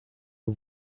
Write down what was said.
wir